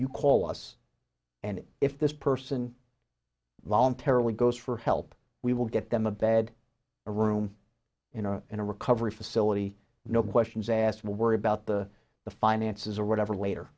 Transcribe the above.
you call us and if this person voluntarily goes for help we will get them a bed a room in a in a recovery facility no questions asked no worry about the the finances or whatever later